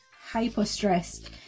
hyper-stressed